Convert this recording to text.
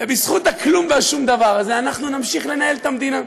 ובזכות הכלום והשום דבר הזה אנחנו נמשיך לנהל את המדינה.